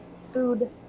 food